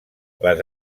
les